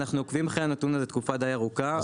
אנחנו עוקבים אחרי הנתון הזה תקופה די ארוכה,